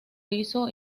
hizo